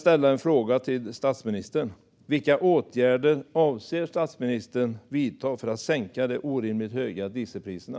Vilka åtgärder avser statsministern att vidta för att sänka de orimligt höga dieselpriserna?